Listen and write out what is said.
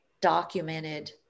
documented